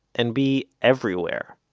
and be everywhere